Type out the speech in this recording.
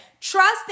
Trust